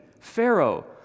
Pharaoh